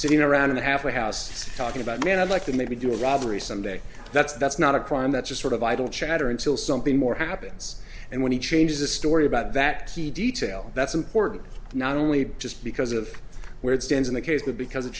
sitting around in a halfway house talking about me and i'd like to maybe do a robbery some day that's that's not a crime that's a sort of idle chatter until something more happens and when he changes a story about that detail that's important not only just because of where it stands in the case the because it